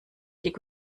dick